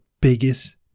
biggest